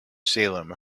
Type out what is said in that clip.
salem